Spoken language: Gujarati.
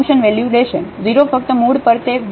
0 ફક્ત મૂળ પર તે 1 છે